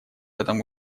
этом